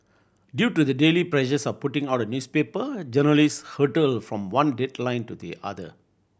due to the daily pressures of putting out a newspaper journalist hurtle from one deadline to the other